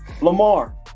Lamar